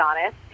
honest